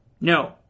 No